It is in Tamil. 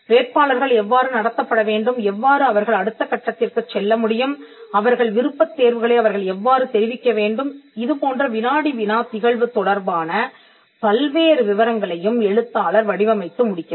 வேட்பாளர்கள் எவ்வாறு நடத்தப்பட வேண்டும்எவ்வாறு அவர்கள் அடுத்த கட்டத்திற்குச் செல்ல முடியும்அவர்களது விருப்பத்தேர்வுகளை அவர்கள் எவ்வாறு தெரிவிக்க வேண்டும் இதுபோன்ற வினாடி வினா நிகழ்வு தொடர்பான பல்வேறு விவரங்களையும் எழுத்தாளர் வடிவமைத்து முடிக்கிறார்